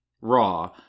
raw